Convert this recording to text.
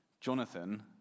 Jonathan